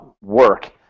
work